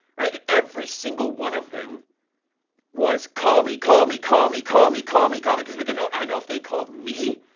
right? every single one of them was call me, call me, call me, call me, call me, call me. cause we can know, i know if they called me,